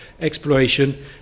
exploration